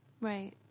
Right